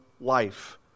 life